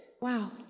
Wow